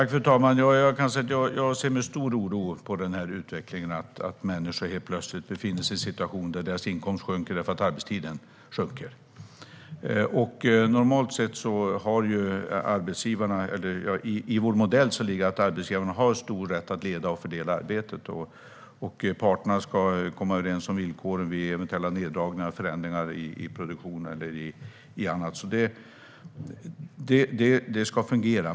Fru talman! Jag ser med stor oro på utvecklingen att människor helt plötsligt befinner sig i en situation där deras inkomst sjunker för att arbetstiden minskar. I vår modell ligger att arbetsgivarna har stor rätt att leda och fördela arbetet, och parterna ska komma överens om villkoren vid eventuella neddragningar och förändringar i produktion eller annat. Detta ska fungera.